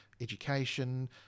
education